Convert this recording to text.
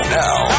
now